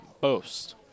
Boast